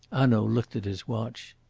hanaud looked at his watch.